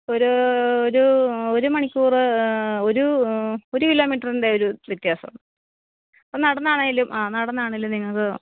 ഒരു ഒരു ഒരു മണിക്കൂർ ഒരു ഒരു കിലോമീറ്ററിന്റെ ഒരു വ്യത്യാസം അത് നടന്നാണെങ്കിലും ആ നടന്നാണെങ്കിലും നിങ്ങൾക്ക്